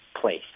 place